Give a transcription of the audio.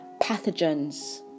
pathogens